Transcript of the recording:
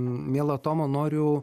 miela tomo noriu